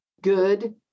good